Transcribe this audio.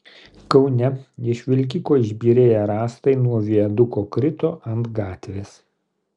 kaune iš vilkiko išbyrėję rąstai nuo viaduko krito ant gatvės